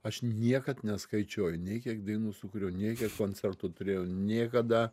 aš niekad neskaičiuoju nei kiek dainų sukūriau nei kiek koncertų turėjau niekada